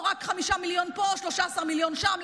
5 מיליון פה, 13 מיליון שם.